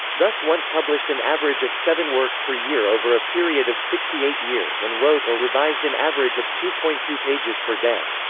thus wundt published an average of seven works per year over a period of sixty eight years and wrote or revised an average of two point two pages per day.